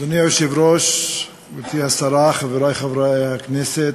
אדוני היושב-ראש, גברתי השרה, חברי חברי הכנסת,